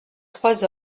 trois